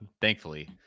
thankfully